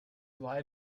lie